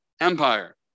empire